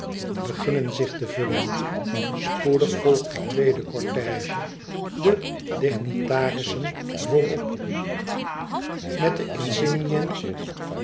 beginnen zich te vullen spoedig volgt de tweedecortège de dignitarissen voorop met de insignieën